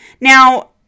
Now